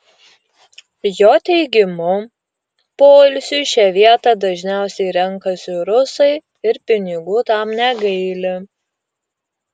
jo teigimu poilsiui šią vietą dažniausiai renkasi rusai ir pinigų tam negaili